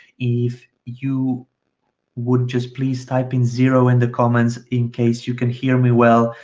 if you would just please type in zero in the comments in case you can hear me well,